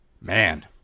man